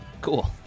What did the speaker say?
Cool